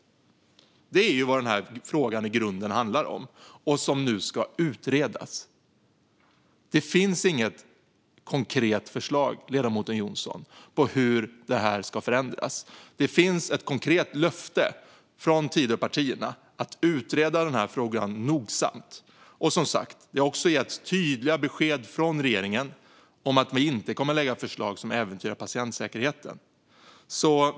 Det är ju vad denna fråga i grunden handlar om, och det är detta som nu ska utredas. Det finns inget konkret förslag, ledamoten Jonsson, på hur detta ska förändras. Det finns ett konkret löfte från Tidöpartierna om att utreda den här frågan nogsamt. Det har, som sagt, också getts tydliga besked från regeringen om att regeringen inte kommer att lägga fram ett förslag som äventyrar patientsäkerheten.